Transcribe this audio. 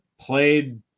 played